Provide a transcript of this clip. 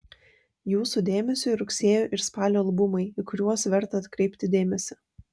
jūsų dėmesiui rugsėjo ir spalio albumai į kuriuos verta atkreipti dėmesį